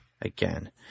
again